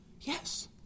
Yes